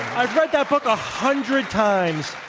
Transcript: i've read that book a hundred times.